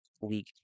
League